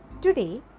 Today